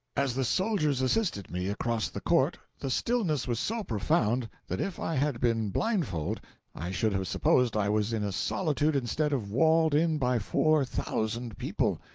as the soldiers assisted me across the court the stillness was so profound that if i had been blindfold i should have supposed i was in a solitude instead of walled in by four thousand people.